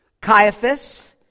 Caiaphas